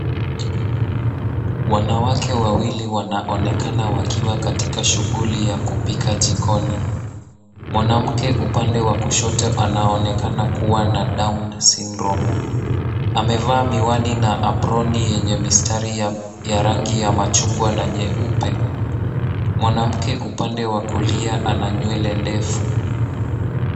Wanawake wawili wanaonekana wakiwa katikati ya shughuli ya kupika jikoni. Mwanamke upande wa kushoto anaonekana kuwa na down syndrome . Amevaa miwani na aproni yenye mistari ya rangi ya machungwa na nyeupe. Mwanamke upande wa kulia ana nywele ndefu.